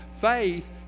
faith